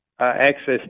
access